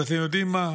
אז אתם יודעים מה?